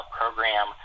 program